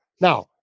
Now